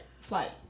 Flight